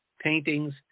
paintings